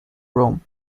rome